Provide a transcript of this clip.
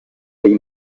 dei